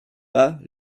pas